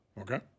Okay